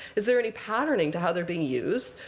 is there any patterning to how they're being used?